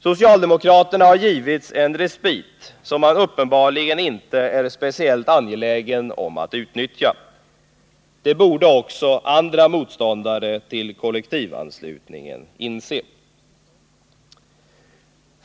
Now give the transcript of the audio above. Socialdemokraterna har givits en respit som man uppenbarligen inte är speciellt angelägen om att utnyttja. Det borde också andra motståndare till kollektivanslutningen än vi moderater inse.